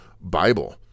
Bible